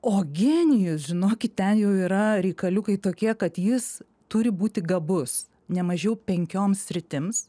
o genijus žinokit ten jau yra reikaliukai tokie kad jis turi būti gabus nemažiau penkioms sritims